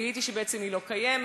גיליתי שהיא בעצם לא קיימת.